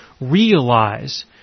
realize